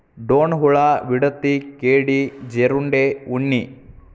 ಡೋಣ ಹುಳಾ, ವಿಡತಿ, ಕೇಡಿ, ಜೇರುಂಡೆ, ಉಣ್ಣಿ